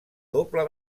doble